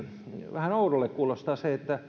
vähän oudolle kuulostaa